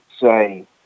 say